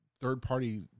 third-party